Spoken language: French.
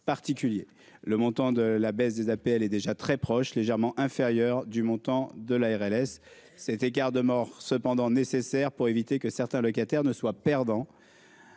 le montant de la baisse des APL est déjà très proche légèrement inférieur du montant de la RLS, cet écart de morts cependant nécessaires pour éviter que certains locataires ne soient perdant